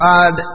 add